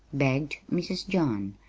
begged mrs. john.